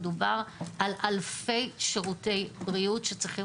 אבל מדובר על אלפי שירותי בריאות שצריכים